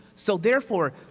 so therefore,